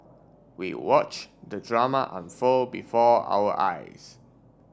we watch the drama unfold before our eyes